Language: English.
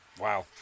Wow